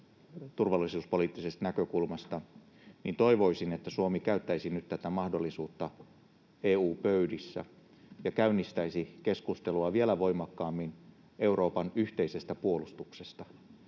turvallisuuspoliittisesta näkökulmasta, niin toivoisin, että Suomi käyttäisi nyt tätä mahdollisuutta EU-pöydissä ja käynnistäisi keskustelua vielä voimakkaammin Euroopan yhteisestä puolustuksesta,